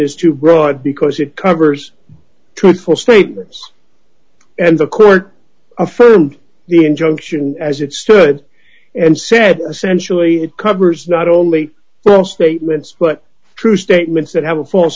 is too broad because it covers truthful statements and the court affirmed the injunction as it stood and said essentially it covers not only well statements but true statements that have a false